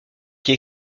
qui